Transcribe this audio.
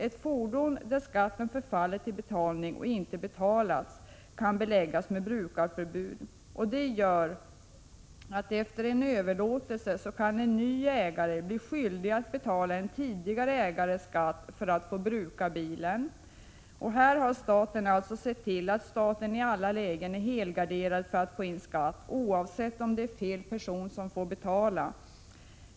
Ett fordon, för vilket skatten förfallit till betalning och inte betalats, kan beläggas med brukarförbud. Det leder till att en ny ägare efter en överlåtelse kan bli skyldig att betala en tidigare ägares skatt för att få bruka bilen. Här har staten alltså sett till att i alla lägen helgardera sig för att få in skatt, oavsett om det är fel person som får betala.